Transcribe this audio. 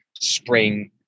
spring